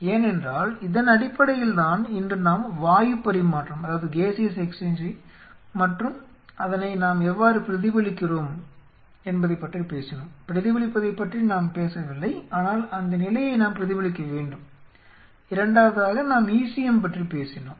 ஏனென்றால் இதன் அடிப்படையில்தான் இன்று நாம் வாயு பரிமாற்றம் மற்றும் அதனை நாம் எவ்வாறு பிரதிபலிக்கிறோம் என்பதைப் பற்றிப் பேசினோம் பிரதிபலிப்பதைப் பற்றி நாம் பேசவில்லை ஆனால் அந்த நிலையை நாம் பிரதிபலிக்க வேண்டும் இரண்டாவதாக நாம் ECM பற்றி பேசினோம்